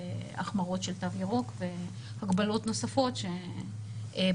החמרות של תו ירוק והגבלות נוספות שבסוף